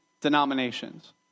denominations